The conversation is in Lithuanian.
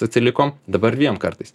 atsilikom dabar dviem kartais